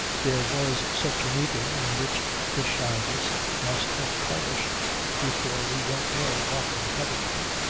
there was such a meeting in which the shyness must have perished before we don't know what encouragement,